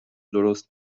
درست